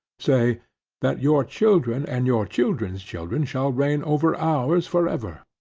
say that your children and your children's children shall reign over ours for ever.